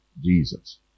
Jesus